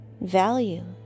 Value